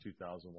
2001